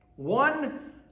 One